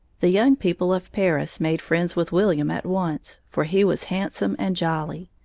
the young people of paris made friends with william at once, for he was handsome and jolly.